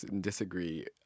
disagree